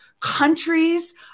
countries